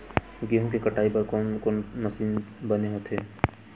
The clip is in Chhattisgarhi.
गेहूं के कटाई बर कोन कोन से मशीन बने होथे?